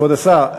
כבוד השר,